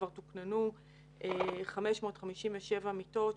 כבר תוקננו 557 מיטות,